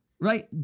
right